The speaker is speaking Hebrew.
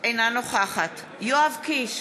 אינה נוכחת יואב קיש,